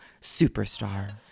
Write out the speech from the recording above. Superstar